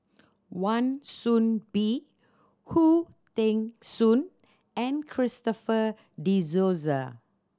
Wan Soon Bee Khoo Teng Soon and Christopher De Souza